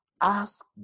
Ask